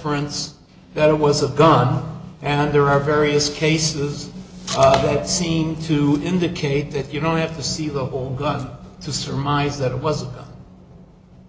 prince that was a gun and there are various cases that seem to indicate that you don't have to see the whole gun to surmise that it was a